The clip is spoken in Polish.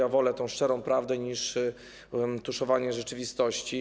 Ja wolę tę szczerą prawdę niż tuszowanie rzeczywistości.